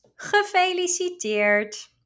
gefeliciteerd